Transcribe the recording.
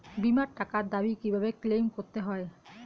বিমার টাকার দাবি কিভাবে ক্লেইম করতে হয়?